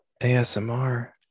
ASMR